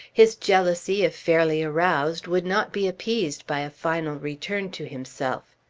his jealousy, if fairly aroused, would not be appeased by a final return to himself.